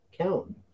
Count